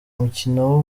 mukino